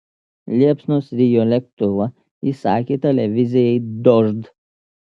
liepsnos rijo lėktuvą ji sakė televizijai dožd